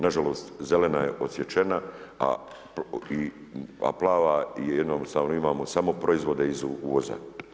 Nažalost, zelena je odsječena, a plava jednostavno imamo samo proizvode iz uvoza.